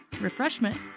refreshment